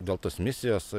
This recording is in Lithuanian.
dėl tos misijos